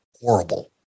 horrible